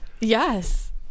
yes